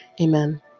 Amen